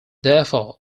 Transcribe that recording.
therefore